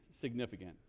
significant